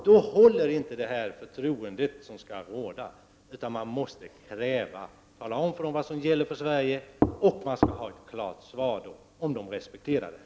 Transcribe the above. Då håller inte det förtroende som skall råda, utan vi måste tala om vad som gäller för Sverige och kräva ett klart svar om de respekterar det.